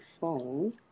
phone